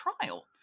trial